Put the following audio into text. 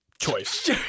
choice